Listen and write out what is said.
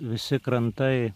visi krantai